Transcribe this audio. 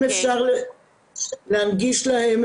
ממי הם קיבלו הנחיה?